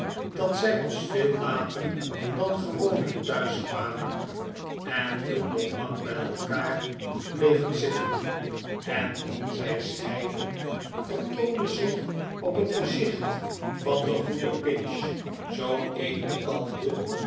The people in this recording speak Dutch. dat zij pas veel later dan gewoonlijk thuis kwamen en toen nog lang bij elkaar bleven zitten en toen zij scheidden vertoonde zich op het gezicht van den goeden pinch zoo'n edele